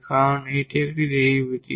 কারণ এখানে এটি একটি ডেরিভেটিভ